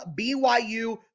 BYU